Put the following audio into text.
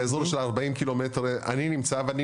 באזור של ה-40 קילומטרים אני נמצא ואני